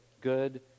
good